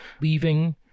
leaving